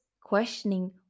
questioning